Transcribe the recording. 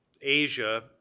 Asia